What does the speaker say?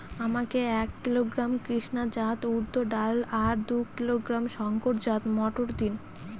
আমাকে এক কিলোগ্রাম কৃষ্ণা জাত উর্দ ডাল আর দু কিলোগ্রাম শঙ্কর জাত মোটর দিন?